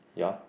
ya